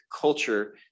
culture